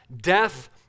death